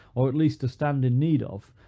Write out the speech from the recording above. or at least to stand in need of,